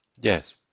yes